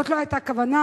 זאת לא היתה הכוונה.